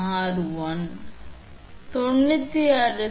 𝑟1 க்கு தீர்வு you1 க்கு கிடைக்கும் 𝑟1 சமம்